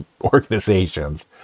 organizations